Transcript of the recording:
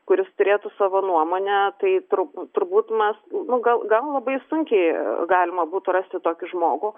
kuris turėtų savo nuomonę tai tur turbūt mes nu gal gal labai sunkiai galima būtų rasti tokį žmogų